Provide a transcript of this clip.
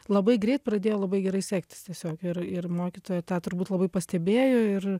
labai greit pradėjo labai gerai sektis tiesiog ir ir mokytoja tą turbūt labai pastebėjo ir